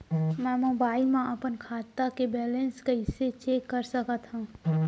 मैं मोबाइल मा अपन खाता के बैलेन्स कइसे चेक कर सकत हव?